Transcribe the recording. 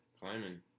Climbing